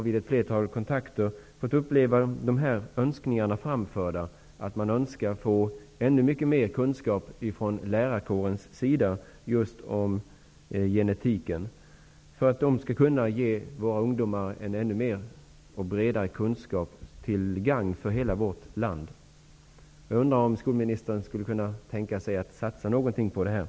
Vid ett flertal kontakter med lärarkåren har framförts önskningar om att få fördjupade kunskaper om just genetiken för att kunna ge ungdomarna en bredare kunskap, vilket skulle vara till gagn för hela vårt land. Är skolministern beredd att satsa något på detta?